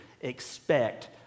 Expect